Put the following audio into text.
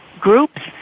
groups